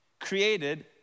created